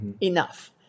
Enough